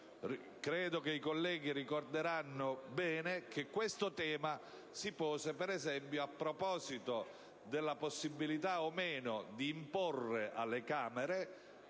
Credo che i colleghi ricorderanno bene che questo tema si pose, ad esempio, a proposito della possibilità o meno di imporre alle Camere